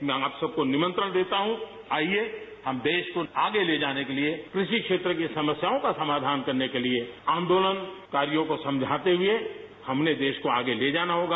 मैं आप सबकों निमंत्रण देता हूं आइए हम देश को आगे ले जाने के लिए कृषि क्षेत्र की समस्याओं का समाधान करने को लिए आंदोलनकारियों को समझाते हुए हमने देश को आगे ले जाना होगा